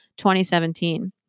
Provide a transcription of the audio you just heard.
2017